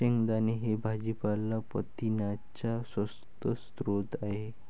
शेंगदाणे हे भाजीपाला प्रथिनांचा स्वस्त स्रोत आहे